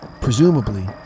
presumably